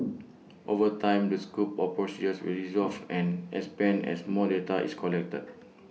over time the scope of procedures will evolve and expand as more data is collected